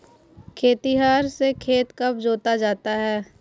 खेतिहर से खेत कब जोता जाता है?